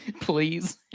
Please